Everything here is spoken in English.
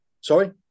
Sorry